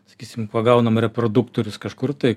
sakysim pagaunam reproduktorius kažkur tai